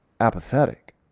apathetic